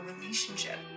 relationship